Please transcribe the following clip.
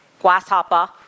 Grasshopper